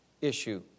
issue